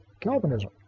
Calvinism